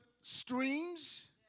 streams